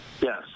Yes